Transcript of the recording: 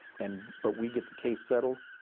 and but we get the case settled,